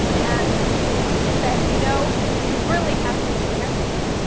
and he said, you know, you really have to be careful.